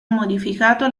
modificato